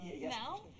Now